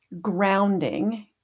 grounding